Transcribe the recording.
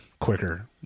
quicker